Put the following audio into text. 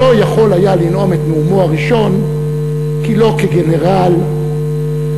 לא יכול היה לנאום את נאומו הראשון כי לא כגנרל ולא